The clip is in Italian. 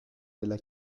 della